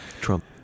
Trump